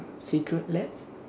secret lab